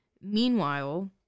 Meanwhile